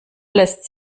lässt